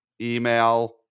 email